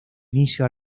inicio